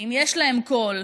יש להם קול.